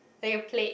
like your plate